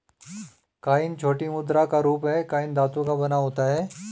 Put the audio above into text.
coin छोटी मुद्रा का रूप है कॉइन धातु का बना होता है